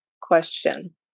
question